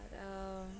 but um